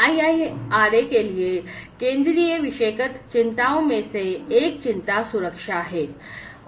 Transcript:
IIRA के लिए केंद्रीय विषयगत चिंताओं में से एक चिंता सुरक्षा है